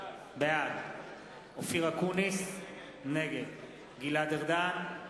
בעד אופיר אקוניס, נגד גלעד ארדן,